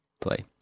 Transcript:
play